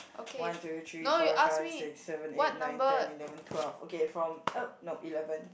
one two three four five six seven eight nine ten eleven twelve okay from oh nope eleven